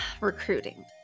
recruiting